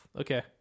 okay